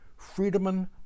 Friedemann